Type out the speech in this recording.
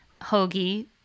Hoagie